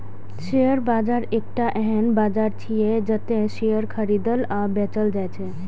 share बाजार एकटा एहन बाजार छियै, जतय शेयर खरीदल आ बेचल जाइ छै